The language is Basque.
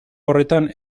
horretan